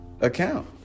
account